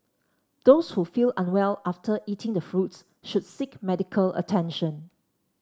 those who feel unwell after eating the fruits should seek medical attention